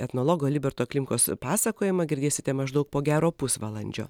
etnologo liberto klimkos pasakojimą girdėsite maždaug po gero pusvalandžio